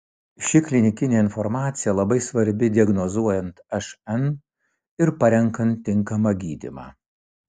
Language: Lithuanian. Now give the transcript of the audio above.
ši klinikinė informacija labai svarbi diagnozuojant šn ir parenkant tinkamą gydymą